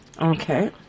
Okay